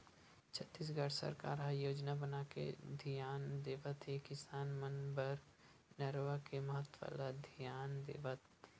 छत्तीसगढ़ सरकार ह योजना बनाके धियान देवत हे किसान मन बर नरूवा के महत्ता ल धियान देवत